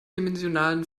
dimensionalen